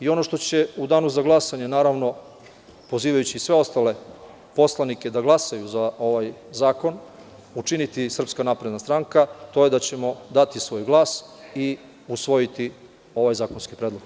Ono što će u danu za glasanje, naravno, pozivajući sve ostale poslanike da glasaju za ovaj zakon, učiniti SNS, to je da ćemo dati svoj glas i usvojiti ovaj zakonski predlog.